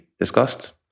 discussed